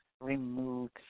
remove